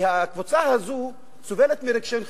הקבוצה הזאת סובלת מרגשי נחיתות,